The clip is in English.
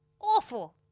awful